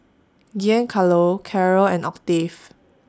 Giancarlo Caryl and Octave